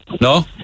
No